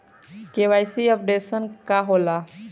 KYC updation का होला?